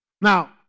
Now